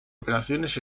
operaciones